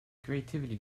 creativity